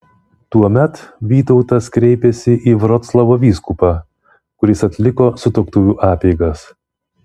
tuomet vytautas kreipėsi į vroclavo vyskupą kuris atliko sutuoktuvių apeigas